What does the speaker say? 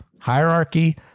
hierarchy